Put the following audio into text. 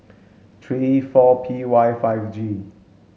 three four P Y five G